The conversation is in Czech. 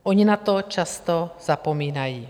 Oni na to často zapomínají.